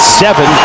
seven